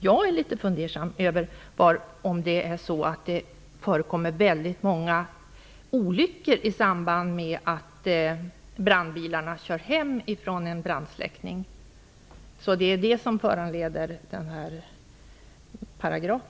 Jag är litet fundersam över om det är så, att det förekommer väldigt många olyckor i samband med att brandbilarna kör tillbaka från brandsläckning och om detta i så fall har föranlett denna paragraf.